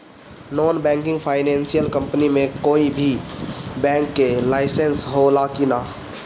Non banking financial company मे कोई भी बैंक के लाइसेन्स हो ला कि ना?